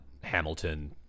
Hamilton